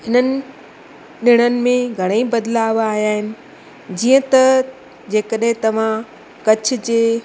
हिननि ॾिणनि में घणेई बदिलाउ आया आहिनि जीअं त जे कॾहिं तव्हां कच्छ जे